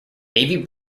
navy